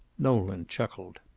nolan chuckled.